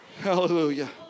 Hallelujah